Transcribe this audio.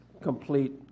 complete